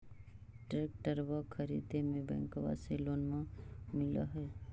ट्रैक्टरबा खरीदे मे बैंकबा से लोंबा मिल है?